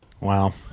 Wow